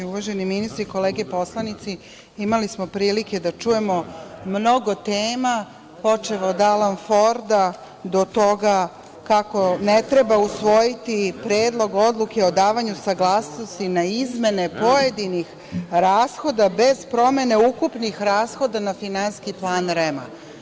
Uvaženi ministri, kolege poslanici, imali smo prilike da čujemo mnogo tema, počev od Alan Forda, do toga kako ne treba usvojiti Predlog odluke o davanju saglasnosti na izmene pojedinih rashoda bez promene ukupnih rashoda na finansijski plan REM-a.